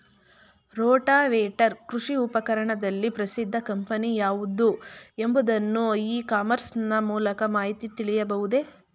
Rotavator ಕೃಷಿ ಉಪಕರಣದಲ್ಲಿ ಪ್ರಸಿದ್ದ ಕಂಪನಿ ಯಾವುದು ಎಂಬುದನ್ನು ಇ ಕಾಮರ್ಸ್ ನ ಮೂಲಕ ಮಾಹಿತಿ ತಿಳಿಯಬಹುದೇ?